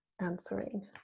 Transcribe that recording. answering